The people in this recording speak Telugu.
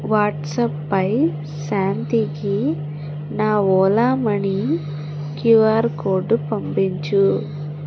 వాట్సాప్పై శాంతికి నా ఓలా మనీ క్యూఆర్ కోడ్ పంపించు